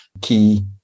key